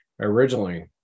originally